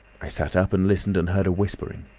i sat up and listened and heard a whispering.